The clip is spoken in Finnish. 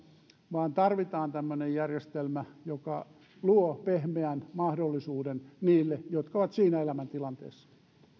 vaan tarvitaan tämmöinen järjestelmä joka luo pehmeän mahdollisuuden niille jotka ovat siinä elämäntilanteessa